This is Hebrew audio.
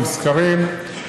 עם סקרים,